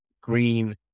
green